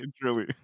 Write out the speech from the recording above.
truly